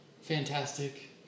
Fantastic